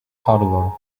parlor